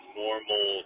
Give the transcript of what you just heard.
normal